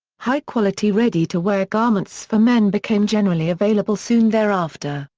high-quality ready-to-wear garments for men became generally available soon thereafter,